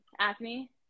acne